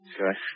Okay